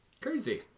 Crazy